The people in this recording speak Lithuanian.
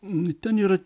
nu ten yra